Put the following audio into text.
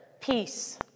peace